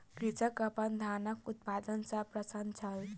कृषक अपन धानक उत्पादन सॅ प्रसन्न छल